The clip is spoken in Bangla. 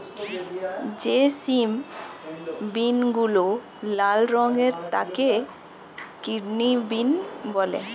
যে সিম বিনগুলো লাল রঙের তাকে কিডনি বিন বলে